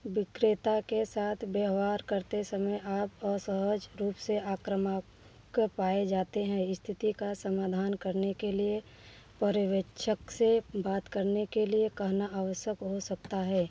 विक्रेता के साथ व्यव्हार करते समय आप असहज रूप से आक्रामक क पाए जाते हैं स्थिति का समाधान करने के लिए पर्यवेक्षक से बात करने के लिए कहना आवश्यक हो सकता है